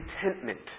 contentment